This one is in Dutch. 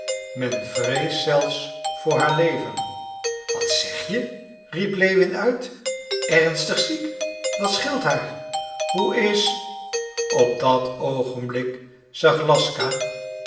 men vreest zelfs voor haar leven wat zeg je riep lewin uit ernstig ziek wat scheelt haar hoe is op dat oogenblik zag laska